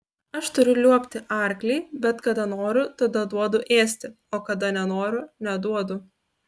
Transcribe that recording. aš turiu liuobti arklį bet kada noriu tada duodu ėsti o kada nenoriu neduodu